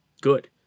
good